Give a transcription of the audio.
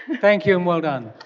thank you and well done.